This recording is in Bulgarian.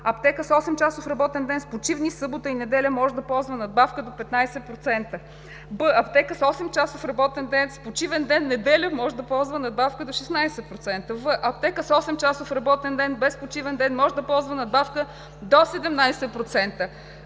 аптека с осемчасов работен ден, с почивни събота и неделя – може да ползва надбавка до 15%; б) аптека с осемчасов работен ден, с почивен ден неделя – може да ползва надбавка до 16%; в) аптека с осемчасов работен ден, без почивен ден – може да ползва надбавка до 17%;